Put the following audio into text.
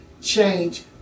change